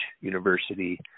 university